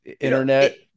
internet